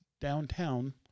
downtown